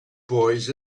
boys